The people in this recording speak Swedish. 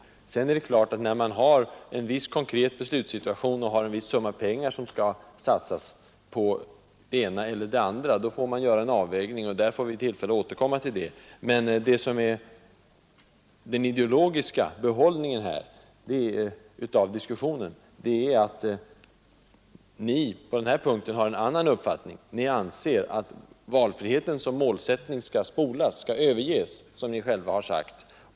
Men sedan är det klart, att när det föreligger en viss konkret beslutssituation och vi har en viss summa pengar som skall satsas på det ena eller det andra, så får man göra en avvägning. Det får vi tillfälle att återkomma till. Den ideologiska behållningen av denna diskussion är, att ni på denna punkt har en annan uppfattning. Ni anser att valfriheten som målsättning skall spolas. Den skall överges. Det har ni själva sagt.